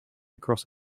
across